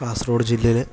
കാസർഗോഡ് ജില്ലയിലെ